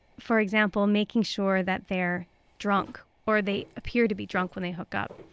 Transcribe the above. for example, making sure that they're drunk or they appear to be drunk when they hook up.